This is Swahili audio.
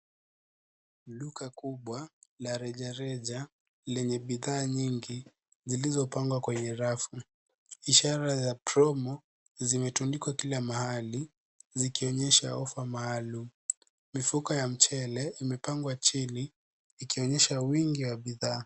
Duka kubwa la reja reja, lenye bidhaa nyingi, zilizopangwa kwenye rafu, ishara za promo zimetundikwa kila mahali zikionyesha ofa maalum. Mifuko ya mchele imepangwa chini ikionyesha wingi wa bidhaa.